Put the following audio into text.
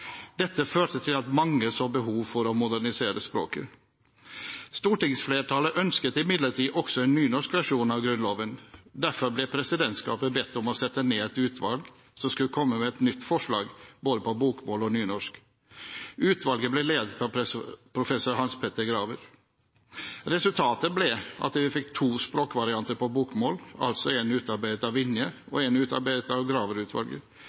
Dette førte til at mange så behov for å modernisere språket. Stortingsflertallet ønsket imidlertid også en nynorsk versjon av Grunnloven. Derfor ble presidentskapet bedt om å sette ned et utvalg som skulle komme med et nytt forslag, både på bokmål og nynorsk. Utvalget ble ledet av professor Hans Petter Graver. Resultatet ble at vi fikk to språkvarianter på bokmål, altså én utarbeidet av Vinje og én utarbeidet av